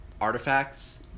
artifacts